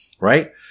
right